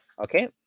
Okay